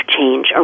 change